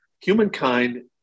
humankind